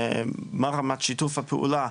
מה רמת שיתוף הפעולה,